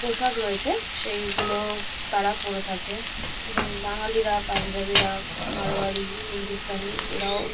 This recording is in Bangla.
পোশাক রয়েছে সেইগুলো তারা পরে থাকে এবং বাঙালিরা পাঞ্জাবিরা মাড়োয়ারি হিন্দুস্থানি এরাও